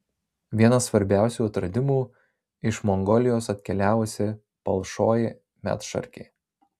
vienas svarbiausių atradimų iš mongolijos atkeliavusi palšoji medšarkė